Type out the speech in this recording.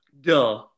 Duh